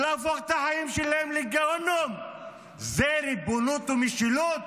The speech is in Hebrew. להפוך את החיים שלהם לגיהינום אלו ריבונות ומשילות?